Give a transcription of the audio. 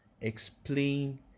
explain